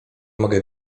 mogę